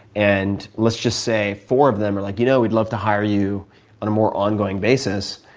and let's just say four of them are like, you know, we'd love to hire you on a more ongoing basis,